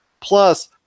Plus